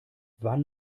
wann